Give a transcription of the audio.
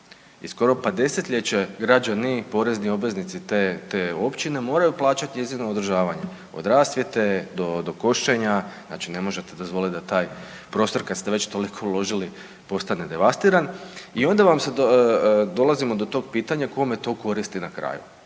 i skoro pa desetljeće pa građani porezni obveznici te općine moraju plaćati njezino održavanje od rasvjete, do košenja, znači ne možete dozvoliti da taj prostor kad ste već toliko uložili postane devastiran. I onda dolazimo do tog pitanja kome to koristi na kraju?